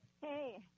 Hey